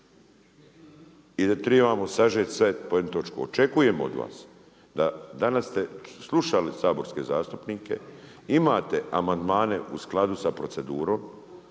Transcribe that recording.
trebamo sažeti sve pod jednu točku. Očekujem od vas, danas ste slušali saborske zastupnike, imate amandmane u skladu sa procedurom